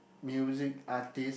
music artist